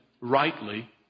rightly